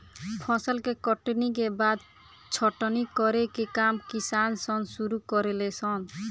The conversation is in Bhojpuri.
फसल के कटनी के बाद छटनी करे के काम किसान सन शुरू करे ले सन